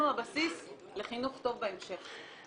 אנחנו הבסיס לחינוך טוב בהמשך.